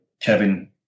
Kevin